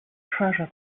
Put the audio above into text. treasure